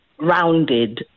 rounded